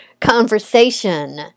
conversation